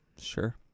Sure